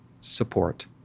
support